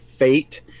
Fate